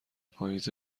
پائیز